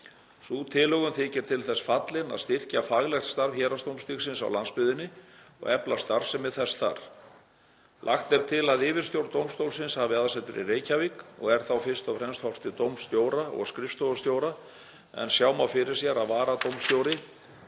Sú tilhögun þykir til þess fallin að styrkja faglegt starf héraðsdómstigsins á landsbyggðinni og efla starfsemi þess þar. Lagt er til að yfirstjórn dómstólsins hafi aðsetur í Reykjavík og er þá fyrst og fremst horft til dómstjóra og skrifstofustjóra, en sjá má fyrir sér að varadómstjóri